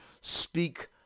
Speak